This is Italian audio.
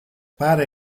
pare